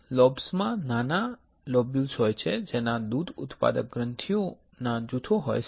lobes માં નાના lobules હોય છે જેમાં નાના દૂધ ઉત્પાદક ગ્રંથીઓના જૂથો હોય છે